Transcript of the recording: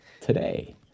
today